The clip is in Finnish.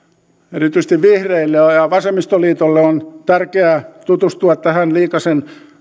erityisesti vihreille ja vasemmistoliitolle on tärkeää tutustua tähän liikasen